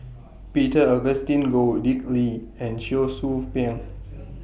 Peter Augustine Goh Dick Lee and Cheong Soo Pieng